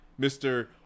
Mr